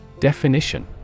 Definition